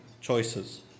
choices